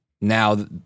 now